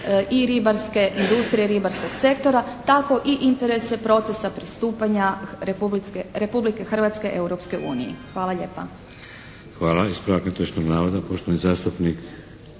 i ribarske industrije, ribarskog sektora tako i interese procesa pristupanja Republike Hrvatske Europskoj uniji. Hvala lijepa.